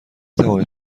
توانید